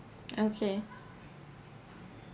okay